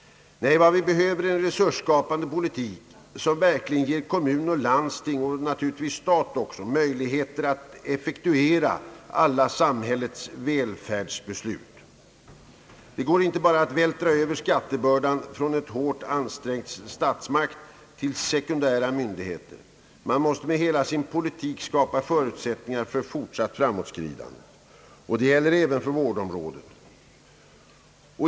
Nej, vad vi behöver är en resursskapande politik, som verkligen ger kommun och landsting och naturligtvis staten möjligheter att effektuera alla samhällets välfärdsbeslut. Det går inte att bara vältra över skattebördan från en hårt ansträngd statsmakt till sekundära myndigheter. Man måste med hela sin politik skapa förutsättningar för fortsatt framåtskridande. Detta gäller även för vårdområdet.